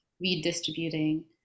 redistributing